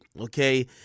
okay